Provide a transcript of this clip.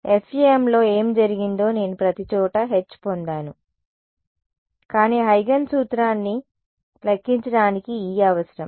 FEMలో ఏమి జరిగిందో నేను ప్రతిచోటా H పొందాను కానీ హ్యూజెన్స్ సూత్రాన్ని లెక్కించడానికి E అవసరం